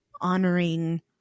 honoring